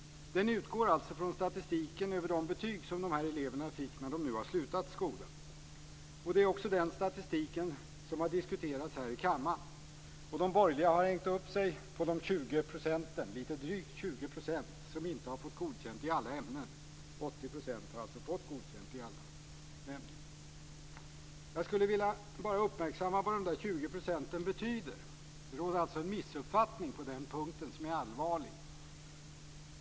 Den utgår från statistiken över de betyg som dessa elever fick när de slutade skolan. Det är också denna statistik som har diskuterats här i kammaren. De borgerliga har hängt upp sig på de lite drygt 20 % som inte har fått godkänt i alla ämnen. 80 % har alltså fått godkänt i alla ämnen. Jag skulle bara vilja uppmärksamma på vad de 20 procenten betyder, för det råder en allvarlig missuppfattning på den punkten.